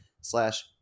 slash